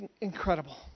incredible